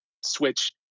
switch